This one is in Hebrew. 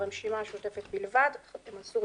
הסיעה הזאת,